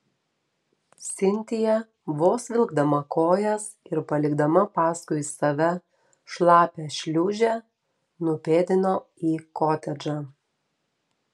sintija vos vilkdama kojas ir palikdama paskui save šlapią šliūžę nupėdino į kotedžą